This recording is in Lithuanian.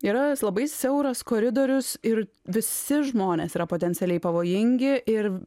yra labai siauras koridorius ir visi žmonės yra potencialiai pavojingi ir